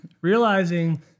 realizing